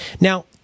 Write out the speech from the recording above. Now